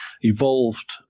evolved